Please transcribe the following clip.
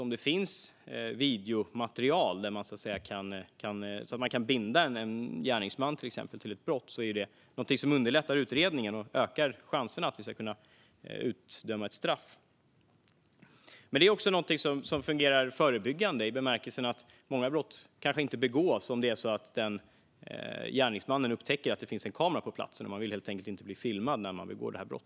Om det finns videomaterial som gör att man till exempel kan binda en gärningsman till ett brott är det någonting som underlättar utredningen och ökar chansen att ett straff ska kunna utdömas. Det är också någonting som fungerar förebyggande i bemärkelsen att många brott kanske inte begås om gärningsmannen upptäcker att det finns en kamera på plats. Man vill helt enkelt inte bli filmad när man begår brott.